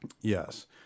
yes